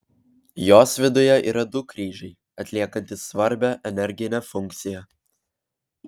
jos viduje yra du kryžiai atliekantys svarbią energinę funkciją